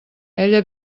ella